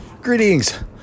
Greetings